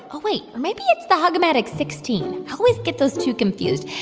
oh, wait or maybe it's the hug-o-matic sixteen. i always get those two confused.